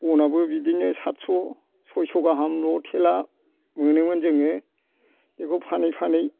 बनाबो बिदिनो साथ श' चय श' गाहाम ल' थेला मोनोमोन जोङो बिखौ फानै फानै